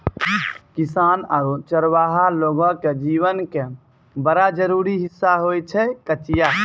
किसान आरो चरवाहा लोगो के जीवन के बड़ा जरूरी हिस्सा होय छै कचिया